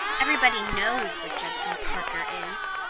everybody knows what judson parker is.